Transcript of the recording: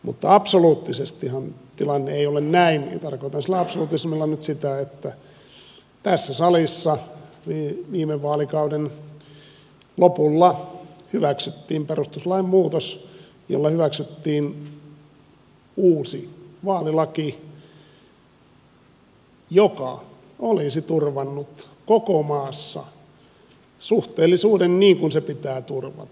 mutta absoluuttisestihan tilanne ei ole näin ja tarkoitan sillä absolutismilla nyt sitä että tässä salissa viime vaalikauden lopulla hyväksyttiin perustuslain muutos jolla hyväksyttiin uusi vaalilaki joka olisi turvannut koko maassa suhteellisuuden niin kuin se pitää turvata